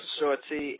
Shorty